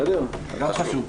בסדר, זה גם חשוב.